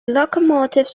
locomotives